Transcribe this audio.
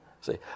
See